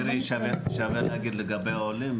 מירי, שווה להגיד לגבי העולים.